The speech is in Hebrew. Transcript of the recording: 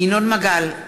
ינון מגל,